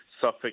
Suffolk